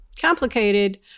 complicated